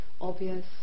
obvious